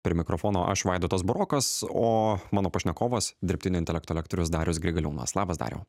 prie mikrofono aš vaidotas burokas o mano pašnekovas dirbtinio intelekto lektorius darius grigaliūnas labas dariau